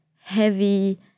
heavy